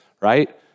right